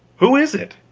who is it?